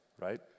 right